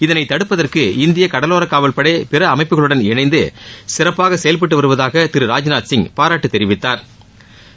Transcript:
இதனை தடுப்பதற்கு இந்திய கடலோர காவல்படை பிற அமைப்புகளுடன் இணைந்துசிறப்பாக செயல்பட்டு வருவதாக திரு ராஜ்நாத்சிங் பாராட்டு தெரிவித்தாா்